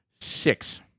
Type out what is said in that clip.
Six